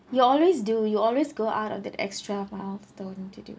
you always do you always go out of the extra milestone to do